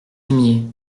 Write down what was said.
aimiez